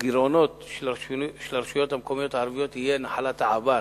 והגירעונות של הרשויות המקומיות הערביות יהיו נחלת העבר,